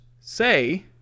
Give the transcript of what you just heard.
say